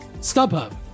StubHub